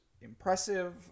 impressive